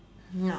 no